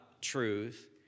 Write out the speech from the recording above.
truth